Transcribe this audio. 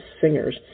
singers